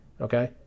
okay